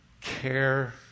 care